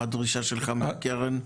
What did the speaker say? או הדרישה שלך מהקרן?